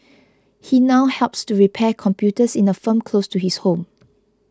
he now helps to repair computers in a firm close to his home